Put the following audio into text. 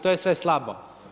To je sve slabo.